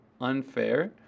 unfair